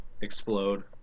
explode